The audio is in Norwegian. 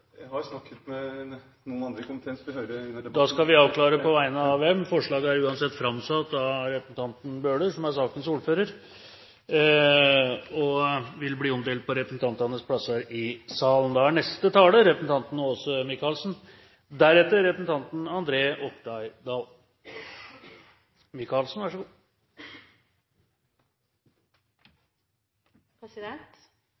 Jeg har snakket med noen andre i komiteen. Da skal vi avklare på vegne av dem. Forslaget er uansett framsatt av representanten Bøhler, som er sakens ordfører, og vil bli omdelt på representantenes plasser i salen. Det er